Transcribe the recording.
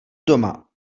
doma